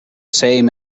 same